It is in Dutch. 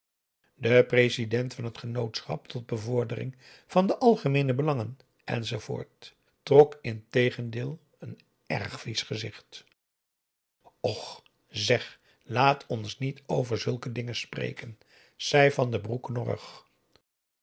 de president van het genootschap tot bevordering van de algemeene belangen enz trok integendeel een erg vies gezicht och zeg laat ons niet over zulke dingen spreken zei van den broek knorrig